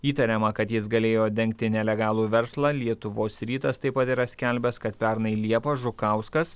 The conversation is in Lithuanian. įtariama kad jis galėjo dengti nelegalų verslą lietuvos rytas taip pat yra skelbęs kad pernai liepą žukauskas